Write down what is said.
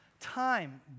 time